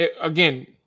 again